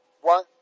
one